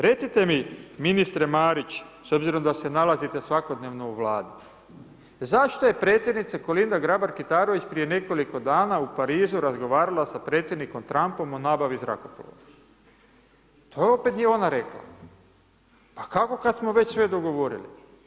Recite mi ministre Marić, s obzirom da se nalazite svakodnevno u Vladi, zašto je Predsjednica Kolinda Grabar Kitarović, prije nekoliko dana u Parizu razgovarala sa Predsjednikom Trumpom o nabavi zrakoplova, pa opet je ona rekla, pa kako kad smo već sve dogovorili?